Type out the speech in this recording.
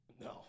No